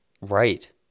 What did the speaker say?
right